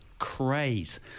craze